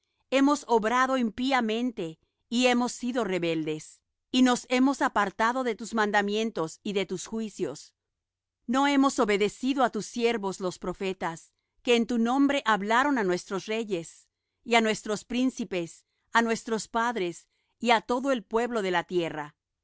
hemos obrado impíamente y hemos sido rebeldes y nos hemos apartado de tus mandamientos y de tus juicios no hemos obedecido á tus siervos los profetas que en tu nombre hablaron á nuestros reyes y á nuestros príncipes á nuestros padres y á todo el pueblo de la tierra